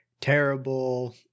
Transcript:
terrible